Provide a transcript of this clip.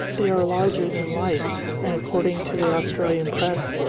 they are larger than life, and, according to the australian press,